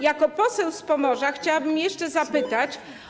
Jako poseł z Pomorza chciałabym jeszcze zapytać.